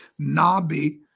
Nabi